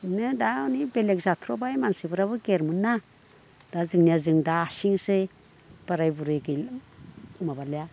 इनो दा नै बेलेक जाथ्र'बाय मानसिफोराबो गेदेरमोनना दा जोंनिया जों दा हारसिंसै बोराय बुरै माबालिया